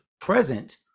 present